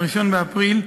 1 באפריל,